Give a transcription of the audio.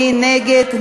מי נגד?